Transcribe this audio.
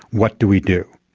what do we do?